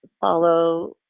follow